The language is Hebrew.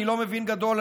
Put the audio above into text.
אני לא מבין גדול,